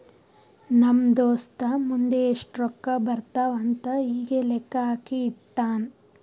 ನಮ್ ದೋಸ್ತ ಮುಂದ್ ಎಷ್ಟ ರೊಕ್ಕಾ ಬರ್ತಾವ್ ಅಂತ್ ಈಗೆ ಲೆಕ್ಕಾ ಹಾಕಿ ಇಟ್ಟಾನ್